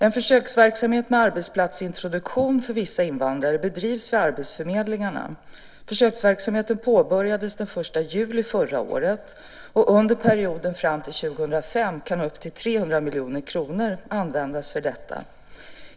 En försöksverksamhet med arbetsplatsintroduktion för vissa invandrare bedrivs vid arbetsförmedlingarna. Försöksverksamheten påbörjades den 1 juli förra året. Under perioden fram till 2005 kan upp till 300 miljoner kronor användas för detta.